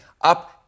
Up